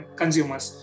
consumers